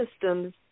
systems